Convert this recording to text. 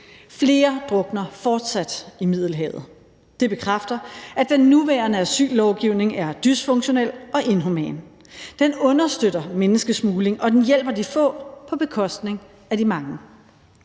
Flere drukner fortsat i Middelhavet. Det bekræfter, at den nuværende asyllovgivning er dysfunktionel og inhuman. Den understøtter menneskesmugling, og den hjælper de få på bekostning af de mange.